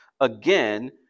Again